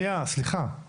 שנייה, סליחה.